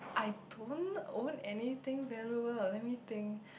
I don't own anything valuable let me think